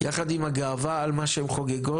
ביחד עם הגאווה על מה שהן חוגגות,